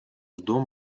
дом